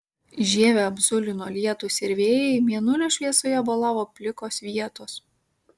žievę apzulino lietūs ir vėjai mėnulio šviesoje bolavo plikos vietos